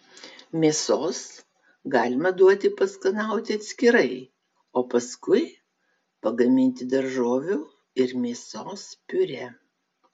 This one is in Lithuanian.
mėsos galima duoti paskanauti atskirai o paskui pagaminti daržovių ir mėsos piurė